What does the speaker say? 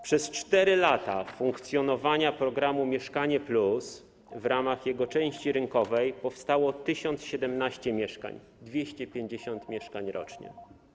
Przez 4 lata funkcjonowania programu „Mieszkanie+” w ramach jego części rynkowej powstało 1017 mieszkań - 250 mieszkań rocznie.